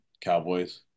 Cowboys